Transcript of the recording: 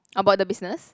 about the business